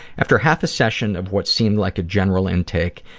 after half a session of what seemed like a general intake,